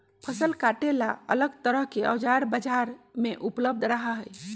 फसल काटे ला अलग तरह के औजार बाजार में उपलब्ध रहा हई